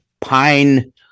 pine